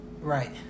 Right